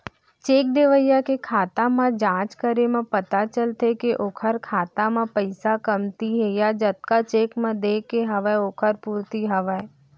cheque देवइया के खाता म जाँच करे म पता चलथे के ओखर खाता म पइसा कमती हे या जतका चेक म देय के हवय ओखर पूरति हवय